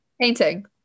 Painting